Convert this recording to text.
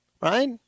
right